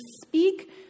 speak